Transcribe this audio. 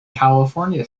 california